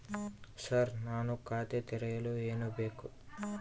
Sir ನಾನು ಖಾತೆ ತೆರೆಯಲು ಏನು ಬೇಕು?